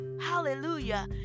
Hallelujah